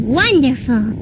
wonderful